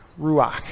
Ruach